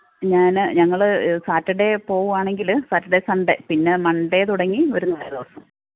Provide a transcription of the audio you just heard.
ഞാന് ഞങ്ങള് സാറ്റർഡേ പോകുവാണെങ്കിൽ സാറ്റർഡേ സണ്ഡേ പിന്നെ മണ്ഡേ തുടങ്ങി ഒരു നാല് ദിവസം